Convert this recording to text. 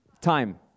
Time